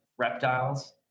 reptiles